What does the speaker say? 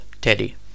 Teddy